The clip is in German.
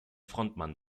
frontmann